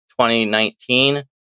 2019